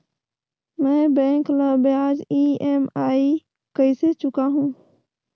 मैं बैंक ला ब्याज ई.एम.आई कइसे चुकाहू?